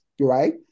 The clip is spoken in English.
right